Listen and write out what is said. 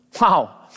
Wow